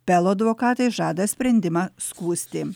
pelo advokatai žada sprendimą skųsti